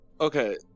Okay